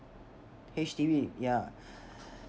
H_D_B yeah